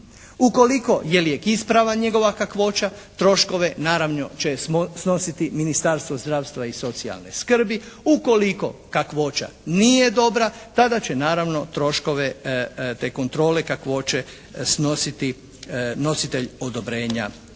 Ukoliko je lijek ispravan njegova kakvoća troškove naravno će snositi Ministarstvo zdravstva i socijalne skrbi. Ukoliko kakvoća nije dobra tada će naravno troškove te kontrole kakvoće snositi nositelj odobrenja